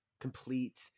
complete